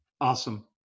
Awesome